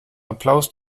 applaus